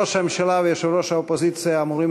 ראש הממשלה ויושב-ראש האופוזיציה אמורים